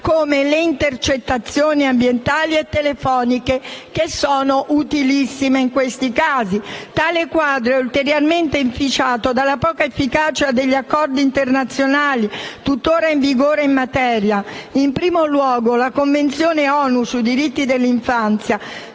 come le intercettazioni ambientali e telefoniche, che sono utilissime in questi casi. Tale quadro è ulteriormente inficiato dalla poca efficacia degli accordi internazionali tuttora in vigore in materia. Penso, in primo luogo, alla Convenzione ONU sui diritti dell'infanzia